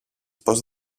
πως